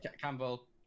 Campbell